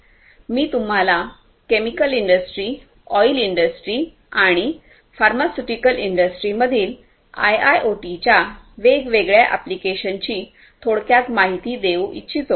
मी तुम्हाला chemical industry oil industry आणि pharmaceutical industry मधील आयआयओटीच्या वेगवेगळ्या अॅप्लीकेशनची थोडक्यात माहिती देऊ इच्छितो